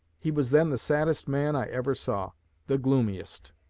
he was then the saddest man i ever saw the gloomiest.